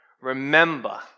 Remember